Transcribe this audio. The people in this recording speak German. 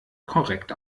korrekt